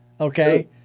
okay